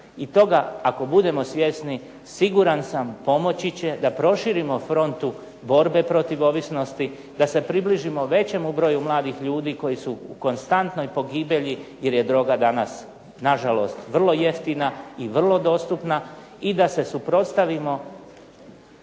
I toga ako budemo svjesni siguran sam pomoći će da proširimo frontu borbe protiv ovisnosti, da se približimo većemu broju mladih ljudi koji su u konstantnoj pogibelji jer je droga danas nažalost vrlo jeftina i vrlo dostupna i da se suprotstavimo